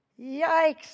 Yikes